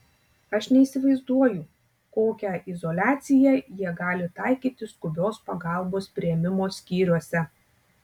aš neįsivaizduoju kokią izoliaciją jie gali taikyti skubios pagalbos priėmimo skyriuose